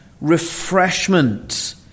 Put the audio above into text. refreshment